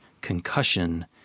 concussion